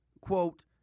quote